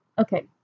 okay